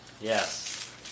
Yes